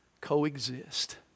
coexist